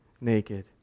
naked